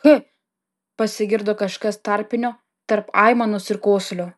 ch pasigirdo kažkas tarpinio tarp aimanos ir kosulio